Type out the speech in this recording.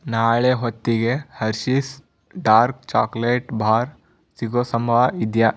ನಾಳೆ ಹೊತ್ತಿಗೆ Hershey's dark chocolate bar ಸಿಗೋ ಸಂಭವ ಇದೆಯಾ